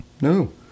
no